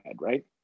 right